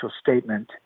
statement